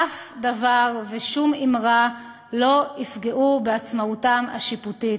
אף דבר ושום אִמרה לא יפגעו בעצמאותם השיפוטית.